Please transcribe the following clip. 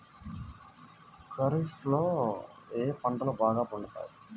ఖరీఫ్లో ఏ పంటలు బాగా పండుతాయి?